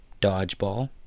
Dodgeball